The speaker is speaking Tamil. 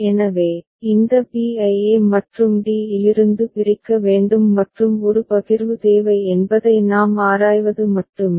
எனவே இந்த b ஐ a மற்றும் d இலிருந்து பிரிக்க வேண்டும் மற்றும் ஒரு பகிர்வு தேவை என்பதை நாம் ஆராய்வது மட்டுமே